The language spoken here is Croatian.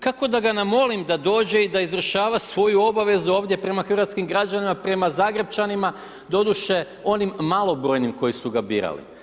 Kako da ga namolim da dođe i da izvršava svoju obvezu ovdje prema hrvatskim građanima, prema Zagrepčanima, doduše, onim malobrojnim koji su ga birali.